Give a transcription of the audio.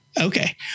Okay